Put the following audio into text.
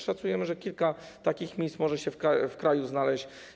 Szacujemy, że kilka takich miejsc może się w kraju znaleźć.